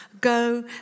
Go